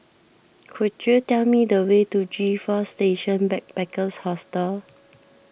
could you tell me the way to G four Station Backpackers Hostel